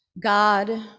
God